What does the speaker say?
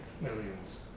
millions